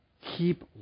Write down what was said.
Keep